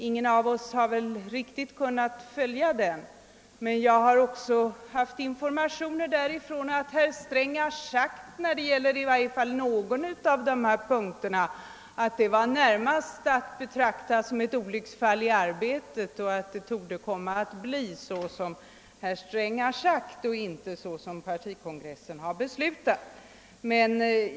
Ingen av oss har väl riktigt kunna följa den, men också jag har fått information därifrån, som går ut på att herr Sträng beträffande åtminstone någon av desa punkter har sagt att det närmast var ett olycksfall i arbetet och att det torde komma att bli så som herr Sträng har sagt och inte som partikongressen har beslutat.